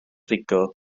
rhugl